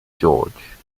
george